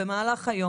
במהלך היום,